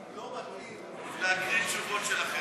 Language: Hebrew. לא מתאים להקריא תשובות של אחרים.